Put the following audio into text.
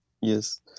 Yes